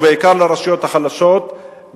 ובעיקר לרשויות החלשות,